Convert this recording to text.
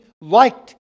liked